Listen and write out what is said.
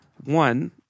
One